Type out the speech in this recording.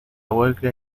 huelga